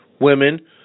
women